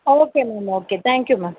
okay ma'am okay thank you ma'am